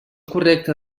correcta